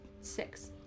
six